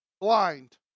blind